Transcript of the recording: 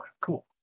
cool